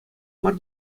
мар